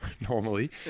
normally